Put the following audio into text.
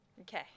Okay